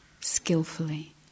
skillfully